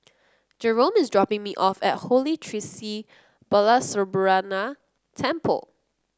Jerome is dropping me off at Holy Tree Sri Balasubramaniar Temple